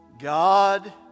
God